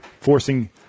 forcing